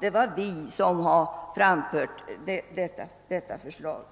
Det är vi som har framfört dessa förslag.